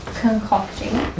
concocting